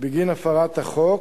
בגין הפרת החוק,